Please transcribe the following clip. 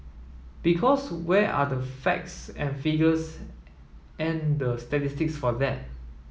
because where are the facts and the figures and the statistics for that